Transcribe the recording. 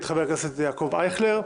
את חבר הכנסת יעקב אייכלר.